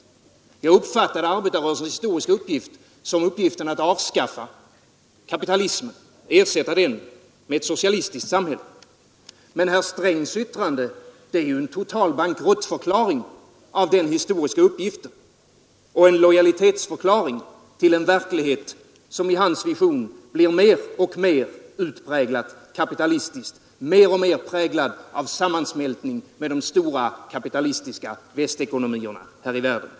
Jag uppfattade arbetarrörelsens historiska uppgift som uppgiften att avskaffa kapitalismen och ersätta den med ett socialistiskt samhälle, men herr Strängs yttrande är ju en total bankruttförklaring av den historiska uppgiften och en lojalitetsförklaring till en verklighet, som i hans vision blir mer och mer utpräglat kapitalistisk och mer och mer präglad av sammansmältning med de stora kapitalistiska västekonomierna här i världen.